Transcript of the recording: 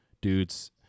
dudes